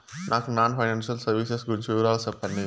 నాకు non financial services గురించి వివరాలు సెప్పండి?